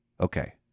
Okay